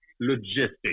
logistics